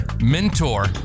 mentor